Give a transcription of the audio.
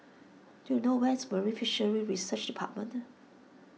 do you know where is Marine Fisheries Research Department